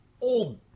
old